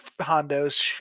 Hondo's